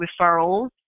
referrals